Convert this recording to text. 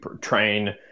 train